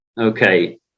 Okay